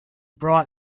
brought